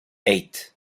eight